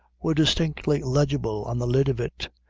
were distinctly legible on the lid of it,